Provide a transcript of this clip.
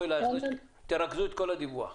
תרכזו את כל הדיווח.